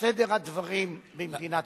סדר הדברים במדינת ישראל.